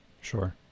Sure